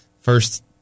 First